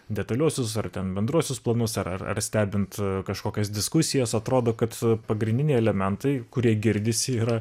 detaliuosius ar ten bendruosius planus ar ar ar stebint kažkokias diskusijas atrodo kad pagrindiniai elementai kurie girdisi yra